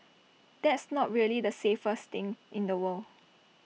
that's not really the safest thing in the world